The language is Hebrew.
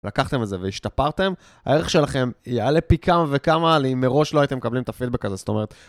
לקחתם את זה והשתפרתם, הערך שלכם יעלה פי כמה וכמה, אם מראש לא הייתם מקבלים את הפידבק הזה, זאת אומרת...